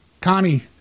Connie